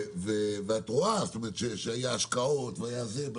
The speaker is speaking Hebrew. ואת רואה שהיו השקעות והיה זה וכולי,